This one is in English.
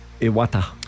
Iwata